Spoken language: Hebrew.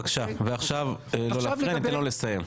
בבקשה, ועכשיו לא להפריע ניתן לו לסיים.